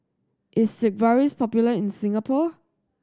is Sigvaris popular in Singapore